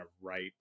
right